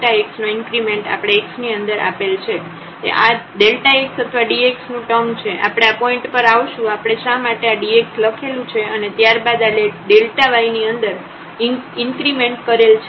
તેથી આ x અથવા dx નું ટર્મ છે આપણે આ પોઈન્ટ પર આવશું આપણે શા માટે આ dx લખેલું છે અને ત્યારબાદ આ y ની અંદર ઇન્ક્રીમેન્ટ કરેલ છે